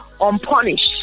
unpunished